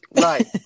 Right